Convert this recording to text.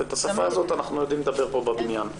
ואת השפה הזאת אנחנו יודעים לדבר פה בבניין.